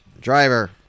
driver